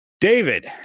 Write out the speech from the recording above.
David